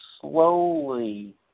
slowly